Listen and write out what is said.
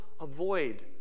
avoid